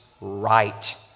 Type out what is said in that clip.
right